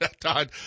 Todd